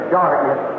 darkness